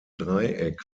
dreieck